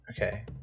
Okay